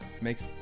makes